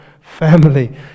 family